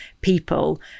people